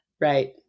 Right